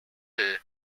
her